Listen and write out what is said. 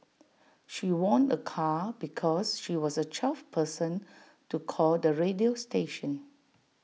she won A car because she was the twelfth person to call the radio station